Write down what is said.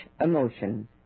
emotion